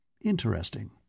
Interesting